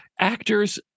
Actors